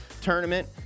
tournament